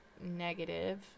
Negative